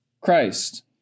Christ